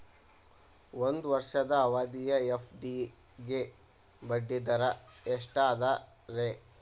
ಒಂದ್ ವರ್ಷದ ಅವಧಿಯ ಎಫ್.ಡಿ ಗೆ ಬಡ್ಡಿ ಎಷ್ಟ ಅದ ರೇ?